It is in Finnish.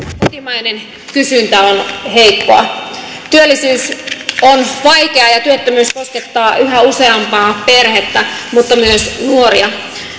kotimainen kysyntä on heikkoa työllisyystilanne on vaikea ja työttömyys koskettaa yhä useampaa perhettä mutta myös nuoria